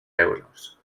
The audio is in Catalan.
euros